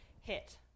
hit